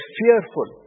fearful